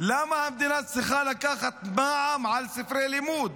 למה המדינה צריכה לקחת מע"מ על ספרי לימוד?